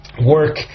Work